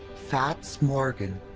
fats morgan.